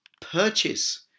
purchase